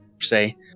say